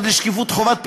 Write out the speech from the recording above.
זה כבר כמה שבועות.